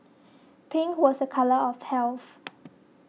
pink was a colour of health